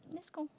let's go